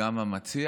וגם המציע?